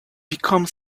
become